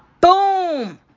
Boom